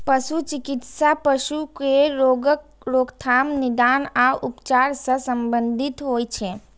पशु चिकित्सा पशु केर रोगक रोकथाम, निदान आ उपचार सं संबंधित होइ छै